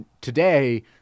today